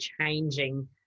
changing